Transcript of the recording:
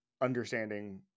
understanding